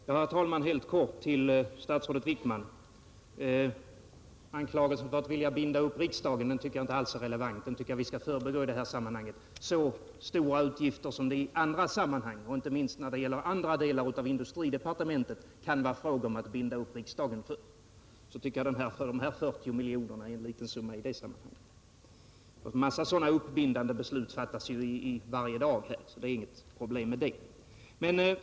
Herr talman! Helt kort några ord till statsrådet Wickman. Anklagelsen för att vilja binda riksdagen tycker jag inte alls är relevant. Den tycker jag att vi skall förbigå i detta sammanhang. I förhållande till de stora utgifter som det i andra sammanhang, inte minst inom andra delar av industridepartementet, kan vara fråga om att binda riksdagen för, tycker jag att de här 40 miljonerna är en liten summa. En massa sådana bindande beslut fattas ju varje dag här; så det är inget problem med den saken.